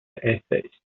atheist